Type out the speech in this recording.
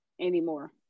anymore